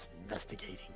investigating